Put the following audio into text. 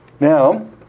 Now